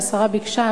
והשרה ביקשה,